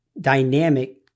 dynamic